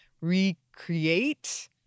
recreate